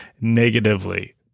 negatively